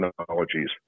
technologies